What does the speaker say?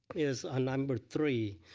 is on number three.